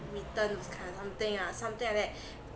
return is kind something ah something like that